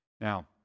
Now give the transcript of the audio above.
Now